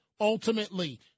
ultimately